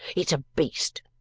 it's a beast!